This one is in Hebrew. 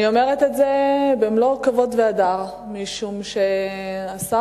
אני אומרת את זה במלוא הכבוד וההדר משום שהשר